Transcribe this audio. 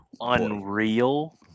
unreal